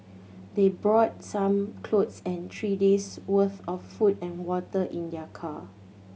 they brought some clothes and three days' worth of food and water in their car